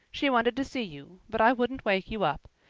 she wanted to see you, but i wouldn't wake you up.